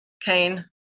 Cain